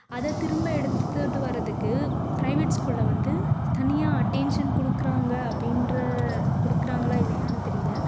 அதை திரும்ப எடுத்துட்டு வரதுக்கு ப்ரைவேட் ஸ்கூலில் வந்து தனியாக அட்டேன்ஷன் கொடுக்குறாங்க அப்படின்ற கொடுக்குறாங்களா இல்லையானு தெரியல